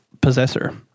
Possessor